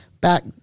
Back